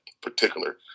particular